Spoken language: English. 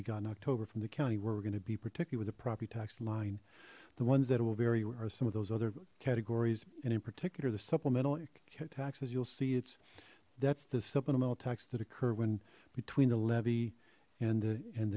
we got in october from the county where we're going to be particular with a property tax line the ones that will vary are some of those other categories and in particular the supplemental tax as you'll see it's that's the supplemental taxes that occur when between the levy and the and